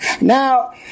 Now